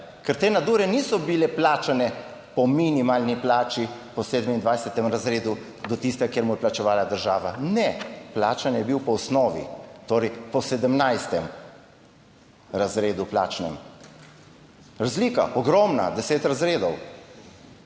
Ker te nadure niso bile plačane po minimalni plači, po 27. razredu do tistega, kjer mu je plačevala država. Ne, plačan je bil po osnovi, torej po 17. razredu plačnem, Razlika ogromna, deset razredov,